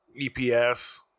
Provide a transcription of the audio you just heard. EPS